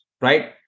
right